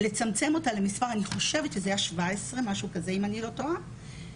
לצמצם אותה למספר 17, אם אני לא טועה.